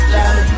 love